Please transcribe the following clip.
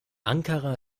ankara